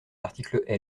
l’article